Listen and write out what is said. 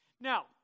Now